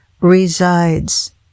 resides